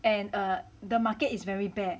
and the market is very bad